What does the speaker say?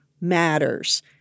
matters